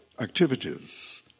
activities